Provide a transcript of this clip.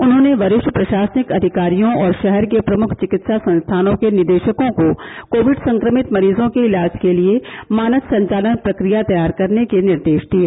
उन्होंने वरिष्ठ प्रशासनिक अधिकारियों और शहर के प्रमुख चिकित्सा संस्थानों के निदेशकों को कोविड संक्रमित मरीजों के इलाज के लिए मानक संचालन प्रक्रिया तैयार करने के निर्देश दिये